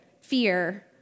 fear